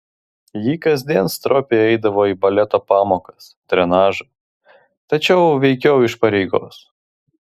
ji kasdien stropiai eidavo į baleto pamokas trenažą tačiau veikiau iš pareigos